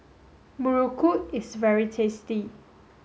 Muruku is very tasty